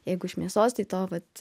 jeigu iš mėsos tai to vat